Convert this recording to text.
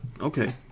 Okay